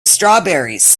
strawberries